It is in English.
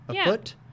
afoot